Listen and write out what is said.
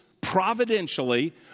providentially